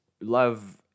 love